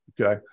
Okay